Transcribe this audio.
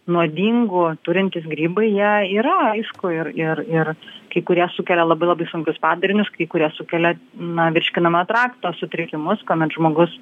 nuodingų turintys grybai jei yra aišku ir ir ir kai kurie sukelia labai labai sunkius padarinius kai kurias sukelia na virškinamojo trakto sutrikimus kuomet žmogus